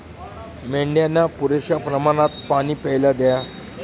मेंढ्यांना पुरेशा प्रमाणात पाणी प्यायला द्या